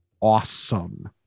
awesome